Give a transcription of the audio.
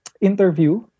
interview